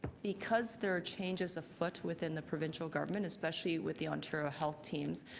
because there are change as foot within the provincial government especially with the ontario health teams,